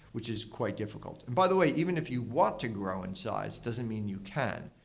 which is quite difficult. by the way, even if you want to grow in size, doesn't mean you can.